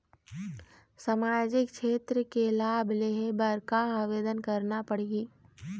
सामाजिक क्षेत्र के लाभ लेहे बर का आवेदन करना पड़ही?